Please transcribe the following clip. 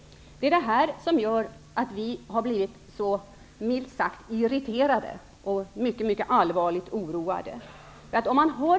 Det är det här som gör att vi socialdemokrater har blivit så, milt sagt, irriterade och mycket allvarligt oroade.